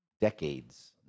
decades